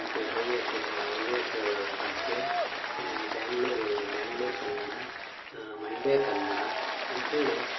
ಮತ್ತು ಹವ್ಯಕ ಬಾ ಹವ್ಯಕ ಭಾಷೆ ಬೆಂಗ್ಳೂರು ಬೆಂಗ್ಳೂರ್ ಕನ್ನಡ ಮಂಡ್ಯ ಕನ್ನಡ ಅಂತೇಳಿ